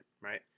right